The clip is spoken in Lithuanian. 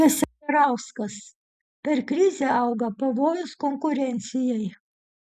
keserauskas per krizę auga pavojus konkurencijai